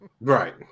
Right